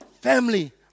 Family